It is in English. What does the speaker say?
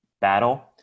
battle